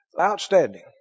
Outstanding